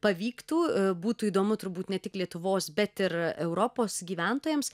pavyktų būtų įdomu turbūt ne tik lietuvos bet ir europos gyventojams